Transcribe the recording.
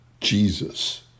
Jesus